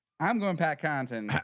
i'm going back counting.